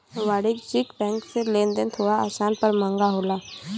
वाणिज्यिक बैंक से लेन देन थोड़ा आसान पर महंगा होला